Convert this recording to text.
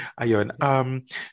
Ayon